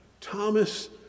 Thomas